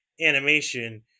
animation